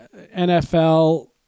NFL